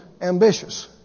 ambitious